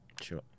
Sure